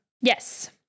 Yes